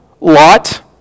Lot